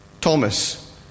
Thomas